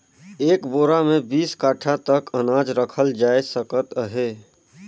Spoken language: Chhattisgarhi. एक बोरा मे बीस काठा तक अनाज रखल जाए सकत अहे